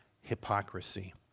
hypocrisy